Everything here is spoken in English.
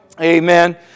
Amen